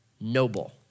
noble